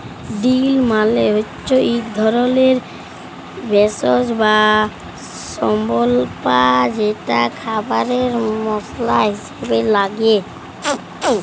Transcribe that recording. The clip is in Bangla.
ডিল মালে হচ্যে এক ধরলের ভেষজ বা স্বল্পা যেটা খাবারে মসলা হিসেবে লাগে